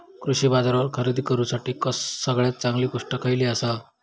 कृषी बाजारावर खरेदी करूसाठी सगळ्यात चांगली गोष्ट खैयली आसा?